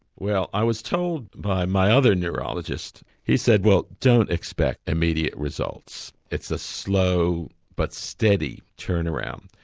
well i was told by my other neurologist he said well don't expect immediate results, it's a slow but steady turnaround.